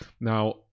Now